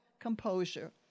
composure